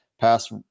pass